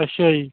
ਅੱਛਾ ਜੀ